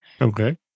Okay